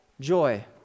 joy